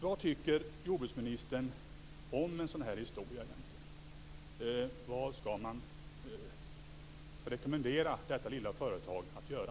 Vad tycker jordbruksministern egentligen om en sådan här historia? Vad skall man rekommendera detta lilla företag att göra?